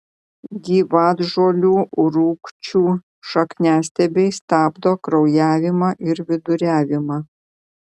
gyvatžolių rūgčių šakniastiebiai stabdo kraujavimą ir viduriavimą